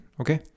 okay